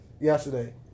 yesterday